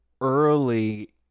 early